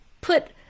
put